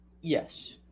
Yes